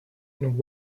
and